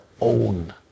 own